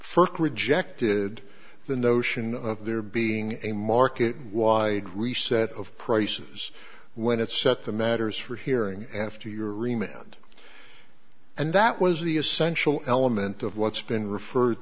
first rejected the notion of there being a market wide reset of prices when it set the matters for hearing after your remained and that was the essential element of what's been referred